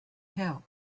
help